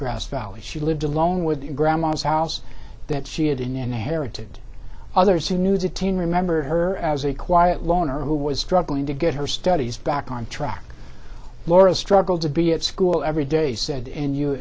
grass valley she lived alone with your grandma's house that she had inherited others who knew the teen remember her as a quiet loner who was struggling to get her studies back on track laura struggled to be at school every day said in you